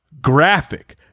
graphic